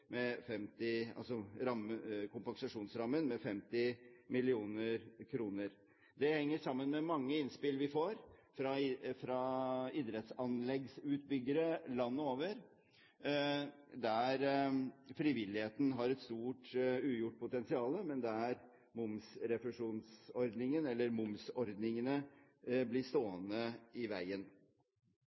med 50 mill. kr. Det henger sammen med mange innspill vi får fra idrettsanleggsutbyggere landet over, der frivilligheten har et stort ugjort potensial, men der momsrefusjonsordningen, eller momsordningene, blir stående i veien.